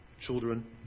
children